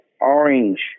orange